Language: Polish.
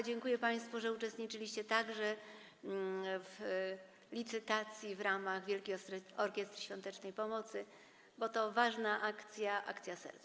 Dziękuję państwu, że uczestniczyliście w licytacji w ramach Wielkiej Orkiestry Świątecznej Pomocy, bo to ważna akcja, akcja serca.